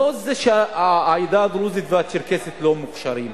לא זה שבני העדה הדרוזית והצ'רקסית לא מוכשרים.